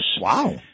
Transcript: Wow